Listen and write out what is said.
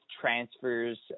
transfers